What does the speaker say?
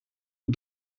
het